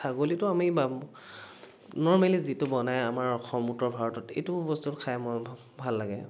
ছাগলীটো আমি বা নৰ্মেলী যিটো বনাই আমাৰ অসম উত্তৰ ভাৰতত এইটো বস্তু খাই মই ভাল লাগে